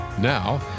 Now